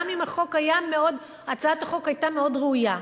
גם אם הצעת החוק היתה מאוד ראויה.